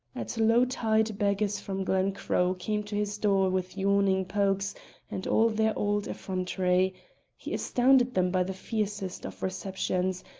at low tide beggars from glen croe came to his door with yawning pokes and all their old effrontery he astounded them by the fiercest of receptions,